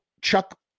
Chuck